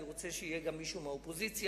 אני רוצה שיהיה מישהו מהאופוזיציה.